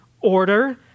order